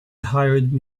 hired